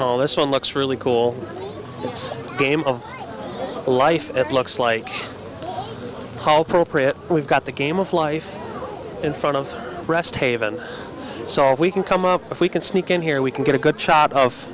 all this one looks really cool this game of life it looks like we've got the game of life in front of the rest haven so if we can come up if we can sneak in here we can get a good shot of